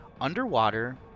underwater